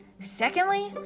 Secondly